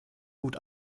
gut